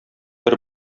бер